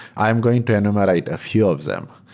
i'm going to enumerate a few of them.